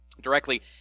directly